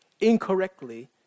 incorrectly